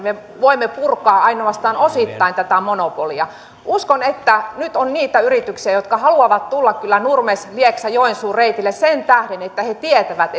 me voimme purkaa ainoastaan osittain tätä monopolia uskon että nyt on niitä yrityksiä jotka haluavat tulla kyllä nurmes lieksa joensuu reitille sen tähden että he tietävät